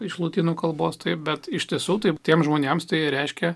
iš lotynų kalbos taip bet iš tiesų taip tiems žmonėms tai reiškia